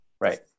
Right